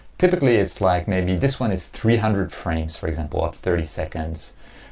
typically it's like maybe this one is three hundred frames for example of thirty seconds,